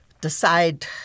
decide